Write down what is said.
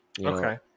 Okay